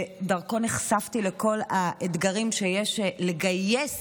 שדרכו נחשפתי לכל האתגרים שיש לגייס